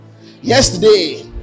Yesterday